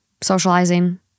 socializing